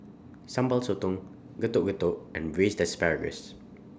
Sambal Sotong Getuk Getuk and Braised Asparagus